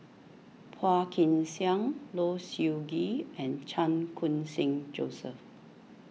Phua Kin Siang Low Siew Nghee and Chan Khun Sing Joseph